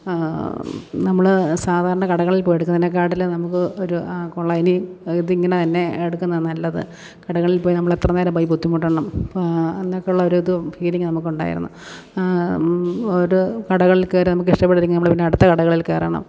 നമ്മൾ സാധാരണ കടകളിൽ പോയി എടുക്കുന്നതിനെക്കാട്ടിലും നമുക്ക് ഒരു കൊള്ളാം ഇനി ഇത് ഇങ്ങനെ തന്നെ എടുക്കുന്നതാണ് നല്ലത് കടകളിൽ പോയി നമ്മളെത്ര നേരം പോയി ബുദ്ധിമുട്ടണം എന്നൊക്കെയുള്ളൊരു ഇത് ഫീലിംഗ് നമുക്കുണ്ടായിരുന്നു ഒരു കടകളിൽ കയറി നമുക്ക് ഇഷ്ടപ്പെട്ടില്ലെങ്കിൽ നമ്മൾ പിന്നെ അടുത്ത കടകളിൽ കയറണം